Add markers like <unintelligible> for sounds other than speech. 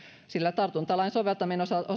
sillä tartuntatautilain soveltamisen osalta <unintelligible>